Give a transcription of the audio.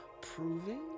proving